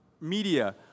media